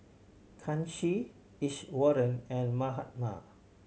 Kanshi Iswaran and Mahatma